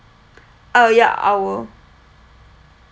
uh ya our